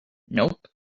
nope